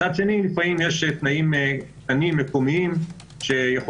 מצד שני לפעמים יש תנאים מקומיים שיכולים